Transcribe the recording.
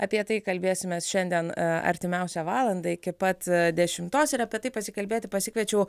apie tai kalbėsimės šiandien artimiausią valandą iki pat dešimtos ir apie tai pasikalbėti pasikviečiau